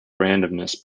randomness